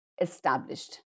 established